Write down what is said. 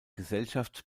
gesellschaft